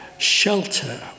Shelter